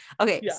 Okay